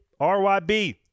RYB